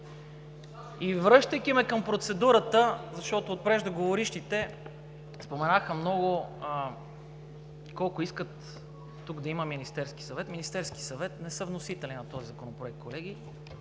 връщайки ме към процедурата, защото преждеговорившите споменаха колко много искат тук да е Министерският съвет. Министерският съвет не са вносители на този законопроект, колеги,